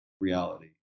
reality